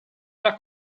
era